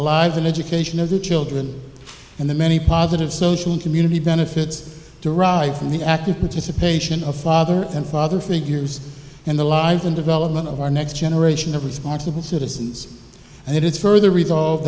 the lives and education of the children and the many positive social and community benefits derived from the active participation of father and father figures and the lives and development of our next generation of responsible citizens and it is further resolve